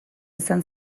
izan